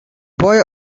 boy